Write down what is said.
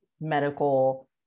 medical